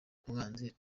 umwanzi